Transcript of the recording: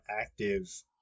active